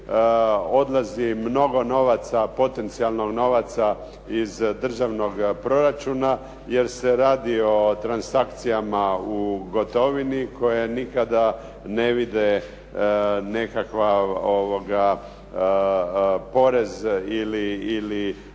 odlazi mnogo novaca potencijalnog novaca iz državnog proračuna, jer se radi o transakcijama u gotovini koje nikada ne vide nekakva porez ili